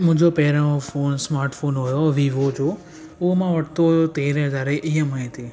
मुंहिंजो पहिरियों phone smart phone हुओ वीवो जो उहो मां वरितो हुओ तेरहं हज़ार जी ई एम आई ते